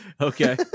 Okay